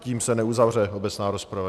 Tím se neuzavře obecná rozprava.